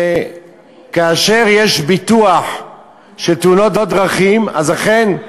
וכאשר יש ביטוח תאונות דרכים, אז אכן,